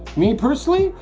me personally.